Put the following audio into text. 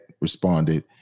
responded